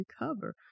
recover